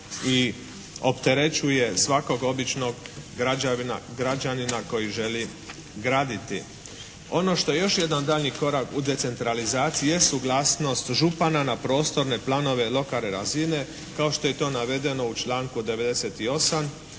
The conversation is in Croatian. i opterećuje svakog običnog građanina koji želi graditi. Ono što je još jedan daljnji korak u decentralizaciji jest suglasnost župana na prostorne planove lokalne razine kao što je to navedeno u članku 98.